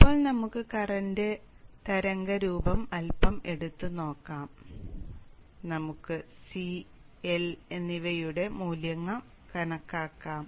ഇപ്പോൾ നമുക്ക് കറന്റ് തരംഗരൂപം അല്പം അടുത്ത് നോക്കാം അങ്ങനെ നമുക്ക് C L എന്നിവയുടെ മൂല്യങ്ങൾ കണക്കാക്കാം